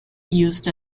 used